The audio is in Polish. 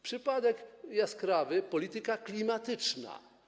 Przypadek jaskrawy - polityka klimatyczna.